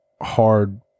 hard